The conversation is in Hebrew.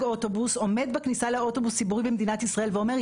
אוטובוס עומד בכניסה לאוטובוס ציבורי במדינת ישראל אומר,